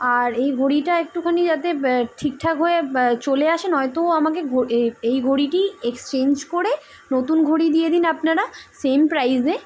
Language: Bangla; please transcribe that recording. আর এই ঘড়িটা একটুখানি যাতে ঠিকঠাক হয়ে চলে আসে নয়তো আমাকে এই ঘড়িটি এক্সচেঞ্জ করে নতুন ঘড়ি দিয়ে দিন আপনারা সেম প্রাইসে